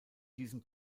diesem